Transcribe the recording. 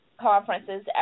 conferences